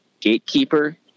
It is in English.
gatekeeper